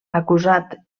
acusat